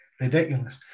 ridiculous